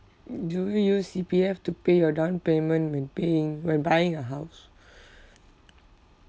do you use C_P_F to pay your down payment when paying when buying a house